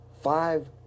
five